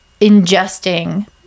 ingesting